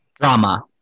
Drama